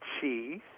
cheese